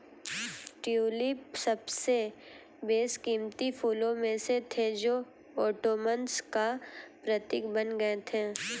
tulip सबसे बेशकीमती फूलों में से थे जो ओटोमन्स का प्रतीक बन गए थे